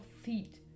feet